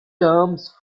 terms